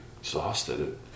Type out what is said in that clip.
exhausted